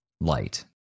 light